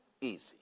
easy